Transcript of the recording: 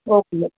okay